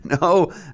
No